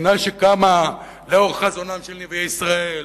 מדינה שקמה לאור חזונם של נביאי ישראל,